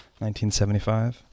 1975